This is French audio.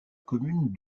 commune